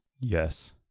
Yes